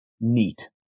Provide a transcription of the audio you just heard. Neat